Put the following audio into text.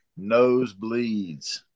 Nosebleeds